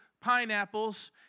pineapples